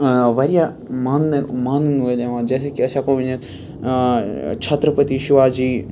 واریاہ ماننہٕ مانن وٲلۍ یِوان جیسے کہِ أسۍ ہی۪کو ؤنِتھ چھٔترپتی شِواجی